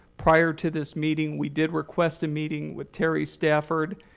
prior to this meeting, we did request a meeting with terry stafford.